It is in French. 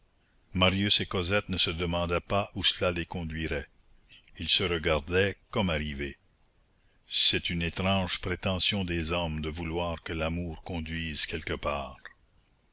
marius et cosette ne se demandaient pas où cela les conduirait ils se regardaient comme arrivés c'est une étrange prétention des hommes de vouloir que l'amour conduise quelque part